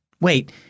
Wait